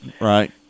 Right